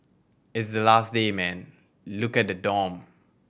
it's the last day man look at the dorm